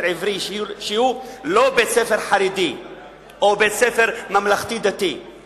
עברי שהוא לא בית-ספר חרדי או בית-ספר ממלכתי-דתי,